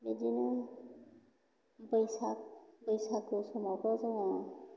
बेदिनो बैसाग बैसागु समावबो जोङो